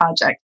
project